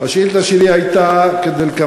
השאילתה שלי היא כדלקמן: